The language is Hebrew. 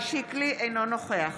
אינו נוכח